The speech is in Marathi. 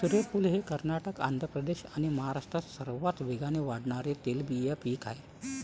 सूर्यफूल हे कर्नाटक, आंध्र प्रदेश आणि महाराष्ट्रात सर्वात वेगाने वाढणारे तेलबिया पीक आहे